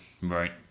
right